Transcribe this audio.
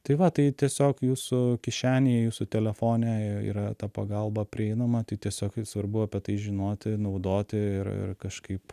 tai va tai tiesiog jūsų kišenėje jūsų telefone yra ta pagalba prieinama tai tiesiog svarbu apie tai žinoti naudoti ir ir kažkaip